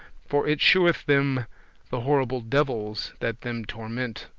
for it sheweth them the horrible devils that them torment.